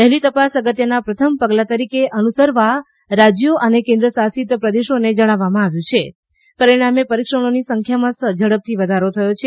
વહેલી તપાસ અગત્યના પ્રથમ પગલા તરીકે અનુસરવા રાજ્યો અને કેન્દ્રશાસિત પ્રદેશોને જણાવવામાં આવ્યું છે પરિણામે પરીક્ષણોની સંખ્યામાં ઝડપથી વધારો થયો છે